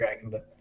Dragon